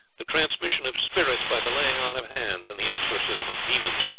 the transmission of spirits by the laying on of hands, and the exorcism of demons,